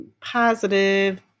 positive